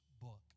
book